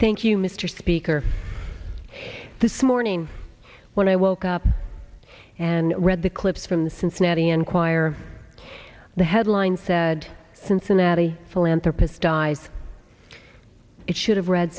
you mr speaker this morning when i woke up and read the clips from the cincinnati enquirer the headline said cincinnati philanthropist dies it should have read